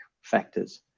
factors